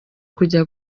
kujya